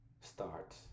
Start